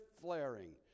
flaring